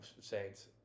Saints